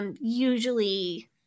Usually